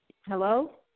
Hello